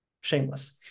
shameless